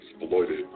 exploited